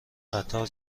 قطار